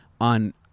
on